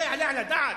זה יעלה על הדעת?